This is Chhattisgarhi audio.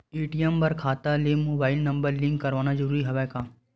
ए.टी.एम बर खाता ले मुबाइल नम्बर लिंक करवाना ज़रूरी हवय का?